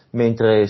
mentre